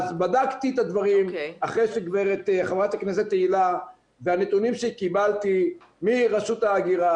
בדקתי את הדברים והנתונים שקיבלתי מרשות ההגירה